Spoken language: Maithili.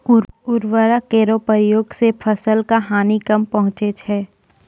उर्वरक केरो प्रयोग सें फसल क हानि कम पहुँचै छै